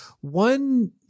one